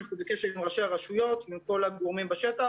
אנחנו בקשר עם ראש הרשויות, עם כל הגורמים בשטח.